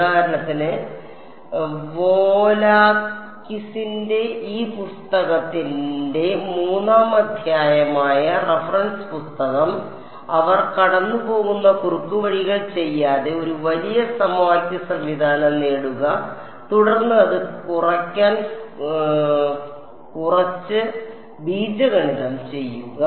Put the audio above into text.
ഉദാഹരണത്തിന് വോലാക്കിസിന്റെ ഈ പുസ്തകത്തിന്റെ 3 ാം അധ്യായമായ റഫറൻസ് പുസ്തകം അവർ കടന്നുപോകുന്ന കുറുക്കുവഴികൾ ചെയ്യാതെ ഒരു വലിയ സമവാക്യ സംവിധാനം നേടുക തുടർന്ന് അത് കുറയ്ക്കാൻ കുറച്ച് ബീജഗണിതം ചെയ്യുക